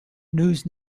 news